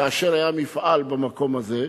כאשר היה מפעל במקום הזה.